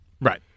Right